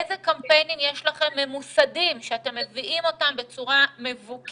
איזה קמפיינים יש לכם ממוסדים שאתם מביאים אותם בצורה מבוקרת